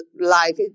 life